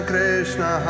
Krishna